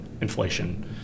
inflation